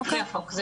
נכון.